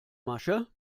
masche